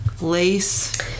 lace